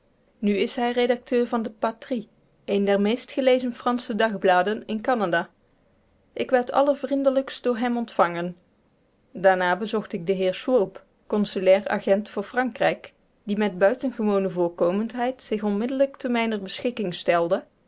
nu is hij redacteur van de patrie een der meest gelezen fransche dagbladen in canada ik werd allervriendelijkst door hem ontvangen daarna bezocht ik den heer schwoob consulair agent voor frankrijk die met buitengewone voorkomendheid zich onmiddellijk te mijner beschikking stelde